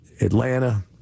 Atlanta